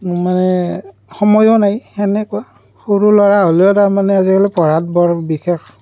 মানে সময়ো নাই সেনেকুৱা সৰু ল'ৰা হ'লেও তাৰমানে আজিকালি পঢ়াত বৰ বিশেষ